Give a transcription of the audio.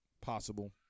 Possible